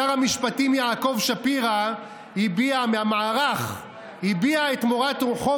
שר המשפטים יעקב שפירא מהמערך הביע את מורת רוחו